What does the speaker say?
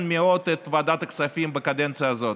מאוד את ועדת הכספים בקדנציה הזאת,